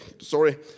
sorry